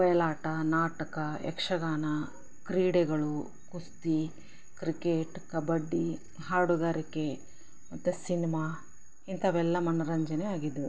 ಬಯಲಾಟ ನಾಟಕ ಯಕ್ಷಗಾನ ಕ್ರೀಡೆಗಳು ಕುಸ್ತಿ ಕ್ರಿಕೇಟ್ ಕಬಡ್ಡಿ ಹಾಡುಗಾರಿಕೆ ಮತ್ತು ಸಿನ್ಮಾ ಇಂಥವೆಲ್ಲ ಮನೋರಂಜನೆ ಆಗಿದ್ದವು